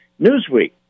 Newsweek